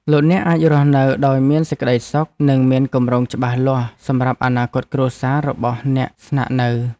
លោកអ្នកអាចរស់នៅដោយមានសេចក្ដីសុខនិងមានគម្រោងច្បាស់លាស់សម្រាប់អនាគតគ្រួសាររបស់អ្នកស្នាក់នៅ។